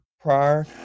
prior